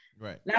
Right